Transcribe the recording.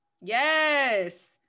Yes